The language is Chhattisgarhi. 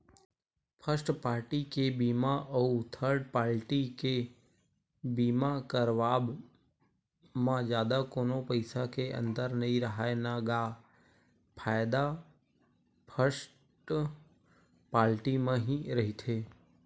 फस्ट पारटी के बीमा अउ थर्ड पाल्टी के बीमा करवाब म जादा कोनो पइसा के अंतर नइ राहय न गा फायदा फस्ट पाल्टी म ही रहिथे